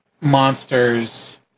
monsters